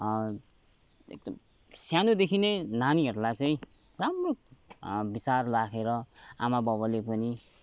एकदम सानोदेखि नै नानीहरूलाई चाहिँ राम्रो विचार राखेर आमा बाबाले पनि